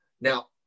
Now